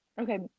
Okay